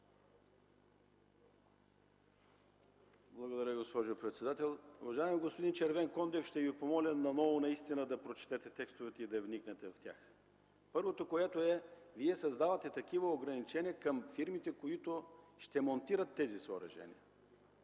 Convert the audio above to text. Благодаря, госпожо председател. Уважаеми господин Червенкондев, ще Ви помоля наистина отново да прочетете текстовете и да вникнете в тях. Първото, което е, Вие създавате такива ограничения към фирмите, които ще монтират тези съоръжения.